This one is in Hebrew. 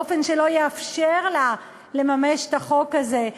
באופן שלא יאפשר לה לממש את החוק הזה,